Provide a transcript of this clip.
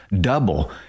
Double